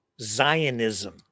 Zionism